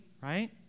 right